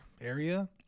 area